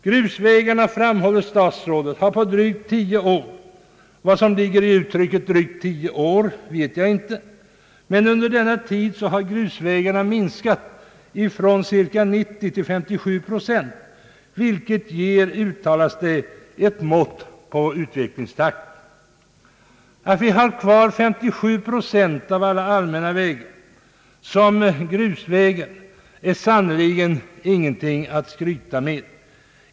Grusvägarna, framhåller statsrådet, har på drygt tio år — vad som ligger i uttrycket drygt tio år vet jag inte — minskat från 90 till 57 procent. Detta ger, uttalas det, ett mått på utvecklingstakten. Att vi har kvar 57 procent av alla allmänna vägar som grusvägar är sannerligen ingenting att skryta med.